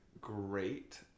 great